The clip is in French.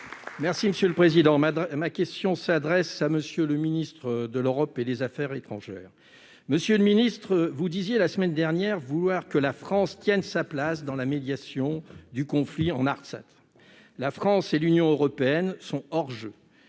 et Républicain. Ma question s'adresse à M. le ministre de l'Europe et des affaires étrangères. Monsieur le ministre, vous disiez la semaine dernière vouloir que la France tienne sa place dans la médiation du conflit en Artsakh. La France et l'Union européenne sont hors-jeu.